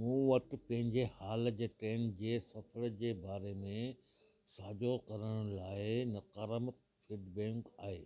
मूं वटि पंहिंजे हाल जे ट्रेन जे सफ़र जे बारे में साझो करण लाइ नाकारात्मक फ़ीडबैंक आहे